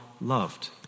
loved